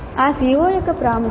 ఆ CO యొక్క ప్రాముఖ్యత